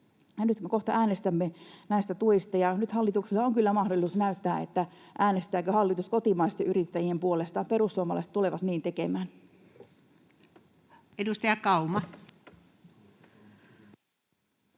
Kohta äänestämme näistä tuista, ja nyt hallituksella on kyllä mahdollisuus näyttää, äänestääkö hallitus kotimaisten yrittäjien puolesta — perussuomalaiset tulevat niin tekemään. [Speech 13]